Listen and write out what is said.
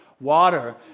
water